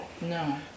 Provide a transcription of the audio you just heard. No